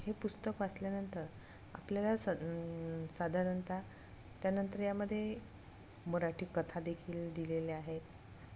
हे पुस्तक वाचल्यानंतर आपल्याला स साधारणतः त्यानंतर यामध्ये मराठी कथा देखील दिलेल्या आहेत